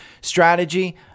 strategy